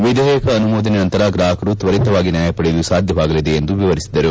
ವಿಧೇಯಕ ಅನುಮೋದನೆ ನಂತರ ಗ್ರಾಹಕರು ತ್ವರಿತವಾಗಿ ನ್ನಾಯಪಡೆಯಲು ಸಾಧ್ಯವಾಗಲಿದೆ ಎಂದು ವಿವರಿಸಿದರು